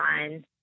on